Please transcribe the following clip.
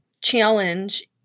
challenge